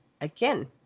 again